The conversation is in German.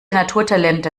naturtalente